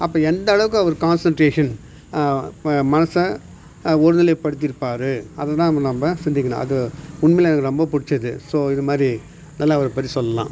அப்போ எந்த அளவுக்கு அவர் கான்சென்ட்ரேஷன் மனசை ஒருநிலைப்படுத்திருப்பார் அதுதான் இப்போ நம்ப சிந்திக்கணும் அது உண்மையிலேயே எனக்கு ரொம்ப பிடிச்சது ஸோ இதுமாதிரி நல்லா அவர பற்றி சொல்லலாம்